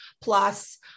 plus